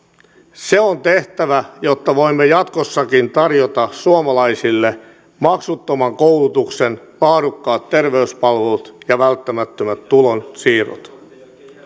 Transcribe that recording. se on tehtävä jotta voimme jatkossakin tarjota suomalaisille maksuttoman koulutuksen laadukkaat terveyspalvelut ja välttämättömät tulonsiirrot